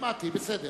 בסדר.